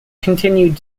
continued